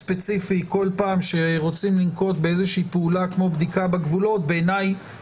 אבל כל אחד מאיתנו --- כבודו מכניס לי